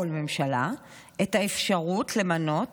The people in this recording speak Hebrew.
כל ממשלה, את האפשרות למנות